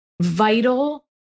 vital